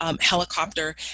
helicopter